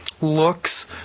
looks